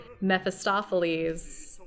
Mephistopheles